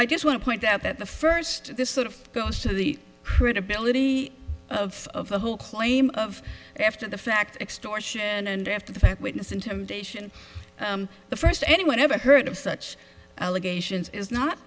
i just want to point out that the first this sort of goes to the credibility of the whole claim of after the fact extortion and after the fact witness intimidation the first anyone ever heard of such allegations is not